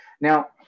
Now